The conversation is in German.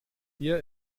hier